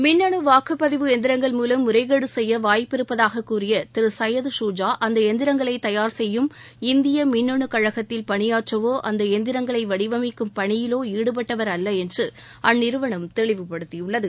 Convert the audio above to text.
மின்னணு வாக்குப்பதிவு எந்திரங்கள் மூலம் முறைகேடு செய்ய வாய்ப்பிருப்பதாக கூறிய திரு சையது ஷூஜா அந்த எந்திரங்களை தயார் செய்யும் இந்திய மின்னணுக் கழகத்தில் பணியாற்றவோ அந்த எந்திரங்களை வடிவமைக்கும் பணியிலோ ஈடுபட்டவர் அல்ல என்று அந்நிறுவனம் தெளிவுபடுத்தியுள்ளது